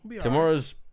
Tomorrow's